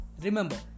remember